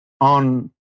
on